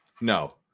No